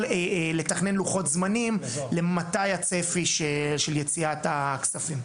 לתכנן לוחות זמנים למתי הצפי של יציאת הכספים.